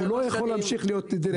הוא לא יכול להמשיך להיות דירקטור.